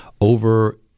over